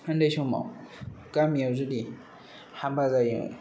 उन्दै समाव गामियाव जुदि हाबा जायो